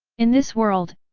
in this world,